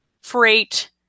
freight